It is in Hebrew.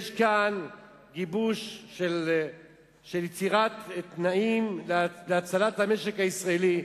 יש כאן גיבוש של יצירת תנאים להצלת המשק הישראלי,